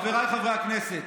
חבריי חברי הכנסת,